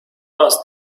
asked